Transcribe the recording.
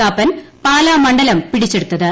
കാപ്പൻ പാലാ മണ്ഡലം പിടിച്ചെടുത്തത്